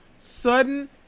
sudden